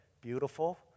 beautiful